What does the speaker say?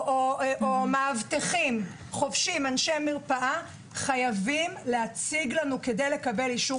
מאבטחים וחובשים או אנשי מרפאה חייבים להציג לנו אישור